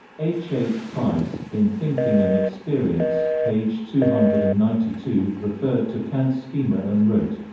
h. h. price, in thinking and experience, page two hundred and ninety two, referred to kant's schema and wrote,